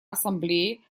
ассамблеи